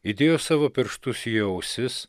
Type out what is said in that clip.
įdėjo savo pirštus į jo ausis